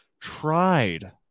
tried